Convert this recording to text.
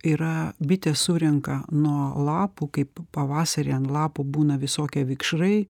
yra bitės surenka nuo lapų kaip pavasarį ant lapų būna visokie vikšrai